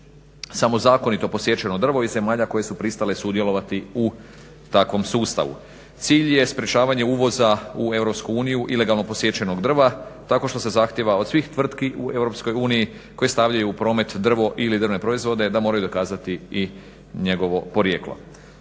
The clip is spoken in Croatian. samo zakonito posjećeno drvo iz zemalja koje su pristale sudjelovati u takvom sustavu. Cilj je sprječavanje uvoza u Europsku uniju ilegalno posjećenog drva tako što se zahtjeva od svih tvrtki u Europskoj uniji koje stavljaju u promet drvo ili drvne proizvode da moraju dokazati i njegovo porijeklo.